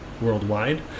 worldwide